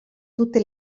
tutte